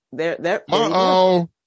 Uh-oh